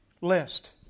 list